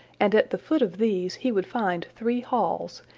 and at the foot of these he would find three halls,